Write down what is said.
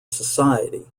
society